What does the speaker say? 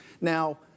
now